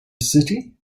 city